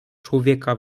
człowieka